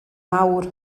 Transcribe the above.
mawr